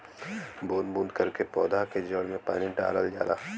बूंद बूंद करके पौधा के जड़ में पानी डालल जाला